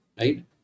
right